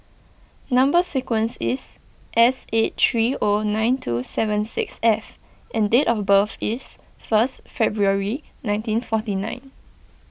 Number Sequence is S eight three O nine two seven six F and date of birth is first February nineteen forty nine